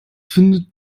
findet